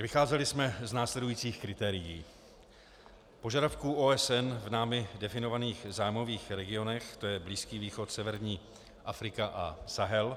Vycházeli jsme z následujících kritérií: požadavků OSN v námi definovaných zájmových regionech, tj. Blízký východ, severní Afrika a Sahel.